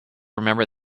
remember